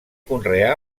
conreà